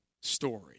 story